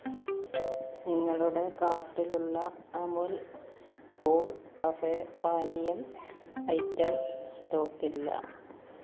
നിങ്ങളുടെ കാർട്ടിലുള്ള Amul's cool cafe പാനീയം ഐറ്റം സ്റ്റോക്കില്ല